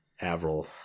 avril